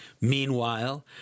Meanwhile